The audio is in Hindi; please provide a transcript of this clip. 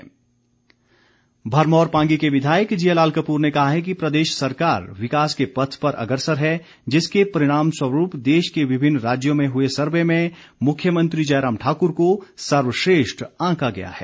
जियालाल भरमौर पांगी के विधायक जियालाल कप्र ने कहा है कि प्रदेश सरकार विकास के पथ पर अग्रसर है जिसके परिणाम स्वरूप देश के विभिन्न राज्यों में हुए सर्वे में मुख्यमंत्री जयराम ठाकुर को सर्वश्रेष्ठ आंका गया है